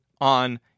on